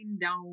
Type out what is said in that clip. down